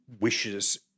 wishes